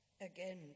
Again